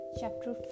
chapter